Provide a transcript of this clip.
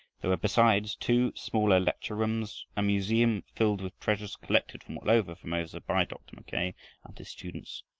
there were, besides, two smaller lecture-rooms, a museum filled with treasures collected from all over formosa by dr. mackay and his students,